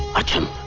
arjun.